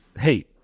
Hey